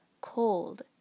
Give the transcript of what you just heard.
cold